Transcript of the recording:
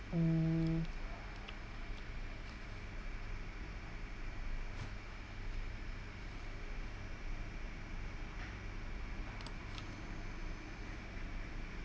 mm